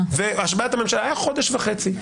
היה חודש וחצי.